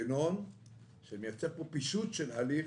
מנגנון שמייצר פישוט של הליך,